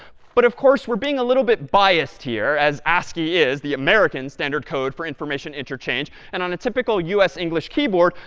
but, of course, we're being a little bit biased here, as ascii is the american standard code for information interchange. and on a typical us english keyboard,